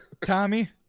Tommy